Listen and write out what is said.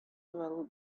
well